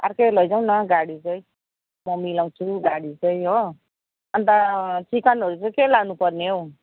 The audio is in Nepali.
अर्कै लैजाउँ न गाडी चाहिँ म मिलाउँछु गाडी चाहिँ हो अन्त चिकनहरू चाहिँ के लानुपर्ने हौ